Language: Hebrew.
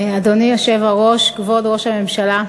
אדוני היושב-ראש, כבוד ראש הממשלה,